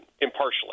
impartially